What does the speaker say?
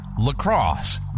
lacrosse